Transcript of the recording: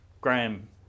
Graham